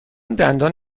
دندان